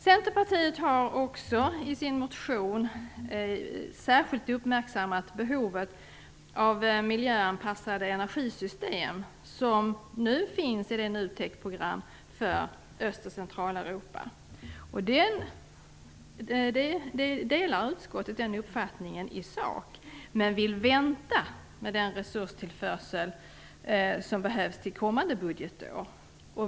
Centerpartiet har också i sin motion särskilt uppmärksammat behovet av miljöanpassade energisystem och har därför velat anvisa medel till NUTEK:s program för Öst och Centraleuropa. Den uppfattningen delar utskottet i sak, men vill vänta med den resurstillförsel som behövs till kommande budgetår.